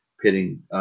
pitting